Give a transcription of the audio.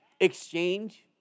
exchange